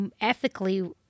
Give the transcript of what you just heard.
ethically